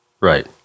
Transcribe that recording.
Right